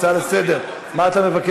הצעה לסדר-היום, מה אתה מבקש?